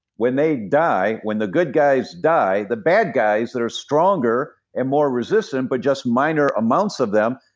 when they die, when the good guys die, the bad guys that are stronger and more resistant, but just minor amounts of them,